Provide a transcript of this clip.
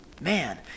Man